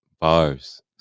Bars